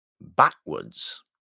backwards